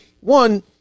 one